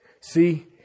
See